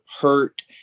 hurt